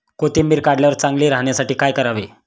कोथिंबीर काढल्यावर चांगली राहण्यासाठी काय करावे?